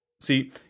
See